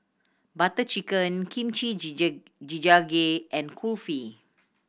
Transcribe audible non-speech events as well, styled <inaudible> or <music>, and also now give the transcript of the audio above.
Butter Chicken Kimchi <unintelligible> Jjigae and Kulfi